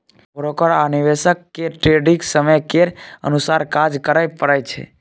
broker आ निवेशक केँ ट्रेडिग समय केर अनुसार काज करय परय छै